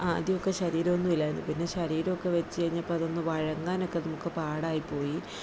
ആദ്യം ഒക്കെ ശരീരൊന്നു ഇല്ലായിരുന്നു പിന്നെ ശരീരൊക്കെ വെച്ച് കഴിഞ്ഞപ്പം അതൊന്ന് വഴങ്ങാനൊക്കെ നമുക്ക് പാടായി പോയി